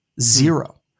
Zero